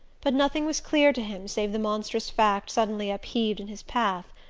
but nothing was clear to him save the monstrous fact suddenly upheaved in his path.